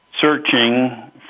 searching